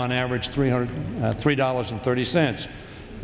on average three hundred three dollars and thirty cents